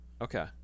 Okay